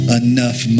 enough